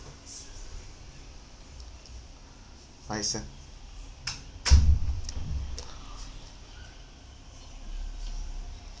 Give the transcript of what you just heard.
license